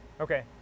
Okay